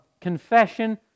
confession